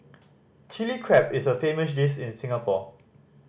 Chilli Crab is a famous dish in Singapore